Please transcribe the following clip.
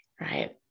right